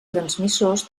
transmissors